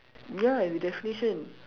ya with definition